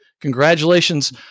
congratulations